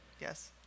Yes